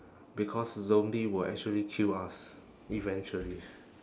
because zombie will actually kill us eventually